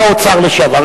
ושר האוצר לשעבר,